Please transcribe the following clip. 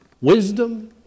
wisdom